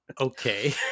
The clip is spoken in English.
Okay